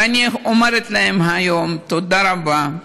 ואני אומרת להם היום: תודה רבה.